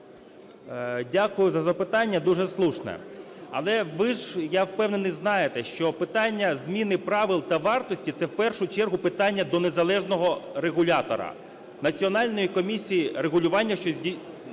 Дякую за запитання дуже слушне. Але ви ж, я впевнений, знаєте, що питання зміни правил та вартості – це в першу чергу питання до незалежного регулятора – Національної комісії регулювання, що...